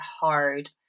hard